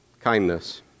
kindness